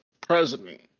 president